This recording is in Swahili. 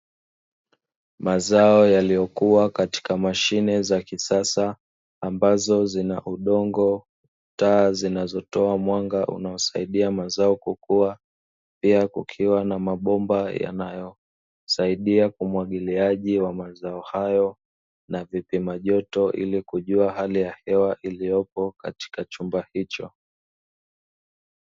Mazao yaliyokua katika mashine za kisasa ambazo zina udongo, taa zinazotoa mwanga unaosaidia mazao kukua pia kukiwa na mabomba yanayosaidia umwagiliaji wa mazao hayo, na vipima joto ili kujua hali ya hewa iliyopo katika chumba hicho.